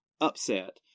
upset